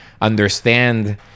understand